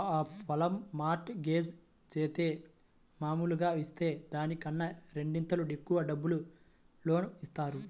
పొలం mortgage జేత్తే మాములుగా ఇచ్చే దానికన్నా రెండింతలు ఎక్కువ డబ్బులు లోను ఇత్తారు